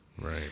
Right